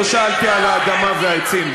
לא שאלתי על האדמה והעצים,